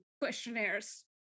questionnaires